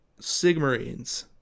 Sigmarines